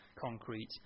concrete